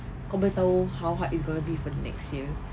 kau boleh tahu how hard it's gonna be for the next year